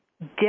dip